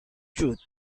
truth